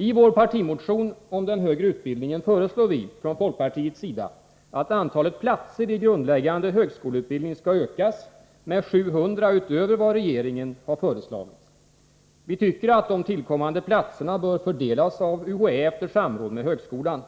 I vår partimotion om den högre utbildningen föreslår vi från folkpartiets 700 utöver vad regeringen har föreslagit. Vi tycker att de tillkommande Torsdagen den platserna bör fördelas av UHA efter samråd med högskolan.